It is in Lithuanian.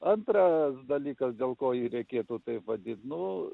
antras dalykas dėl ko jį reikėtų taip vadint nu